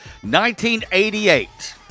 1988